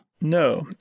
No